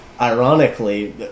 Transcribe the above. ironically